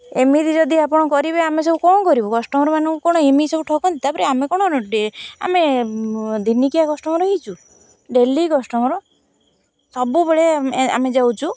ଏମିତି ଯଦି ଆପଣ କରିବେ ଆମେ ସବୁ କ'ଣ କରିବୁ କଷ୍ଟମର୍ମାନଙ୍କୁ କ'ଣ ଏମିତି ସବୁ ଠକନ୍ତି ତା'ପରେ ଆମେ କ'ଣ ଆମେ ଦିନିକିଆ କଷ୍ଟମର୍ ହେଇଛୁ ଡେଲି କଷ୍ଟମର୍ ସବୁବେଳେ ଆମେ ଯାଉଛୁ